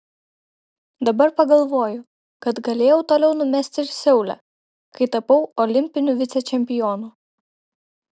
dabar pagalvoju kad galėjau toliau numesti ir seule kai tapau olimpiniu vicečempionu